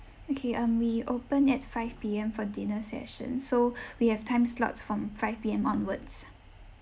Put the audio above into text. okay um we open at five P_M for dinner session so we have time slots from five P_M onwards